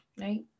right